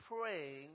praying